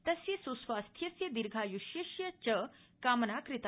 तस्य सुस्वास्थ्यस्य दीर्घायुष्यस्य च कामना कृता